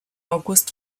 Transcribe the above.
august